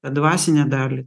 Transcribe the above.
dvasinę dalį